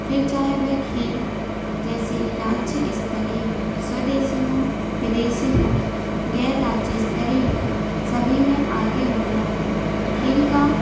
फिर चाहे वह खेल जैसे राज्य स्तरीय हो स्वदेशी हो विदेशी हो ग़ैर राज्य स्तरीय हो सभी में आगे हो गया है खेल का